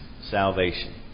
salvation